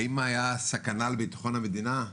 האם הייתה סכנה לביטחון המדינה?